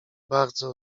bardzo